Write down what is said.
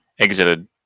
exited